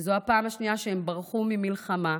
שזו הפעם השנייה שהם ברחו ממלחמה,